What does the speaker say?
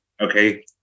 okay